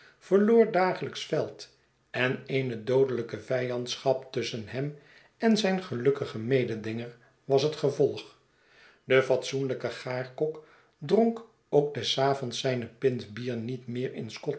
verloor dagelijks veld en eene doodelijke vijandschap tusschen hem en zijn gelukkigen mededinger was het gevolg de fatso enlijke gaarkok dronk ook des avond s zijne pint bier niet meer in